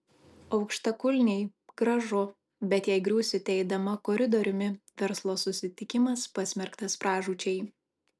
aukštakulniai gražu bei jei griūsite eidama koridoriumi verslo susitikimas pasmerktas pražūčiai